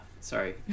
Sorry